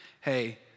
hey